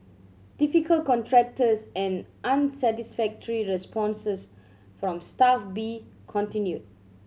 difficult contractors and unsatisfactory responses from Staff B continued